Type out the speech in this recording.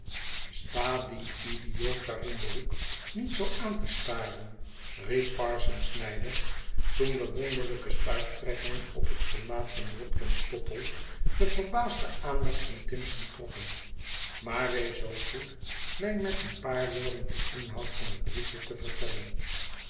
sta dien idioot daar in dien hoek niet zoo aan te staren riep parsons nijdig toen de wonderlyke stuiptrekkingen op het gelaat van watkins tottle de verbaasde aandacht van timson trokken maar wees zoo goed mij met een paar woorden den inhoud van dat briefje te vertellen